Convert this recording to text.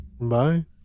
Bye